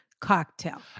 cocktail